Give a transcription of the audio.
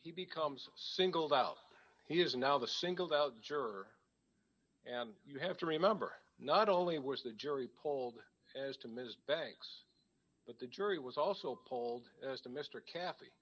he becomes singled out he is now the singled out juror and you have to remember not only was the jury polled as to ms banks but the jury was also polled as to mr cathy